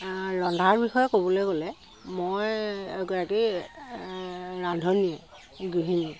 ৰন্ধাৰ বিষয়ে ক'বলৈ গ'লে মই এগৰাকী ৰান্ধনীয়ে গৃহিনী